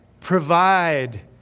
Provide